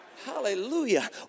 Hallelujah